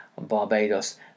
Barbados